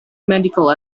medical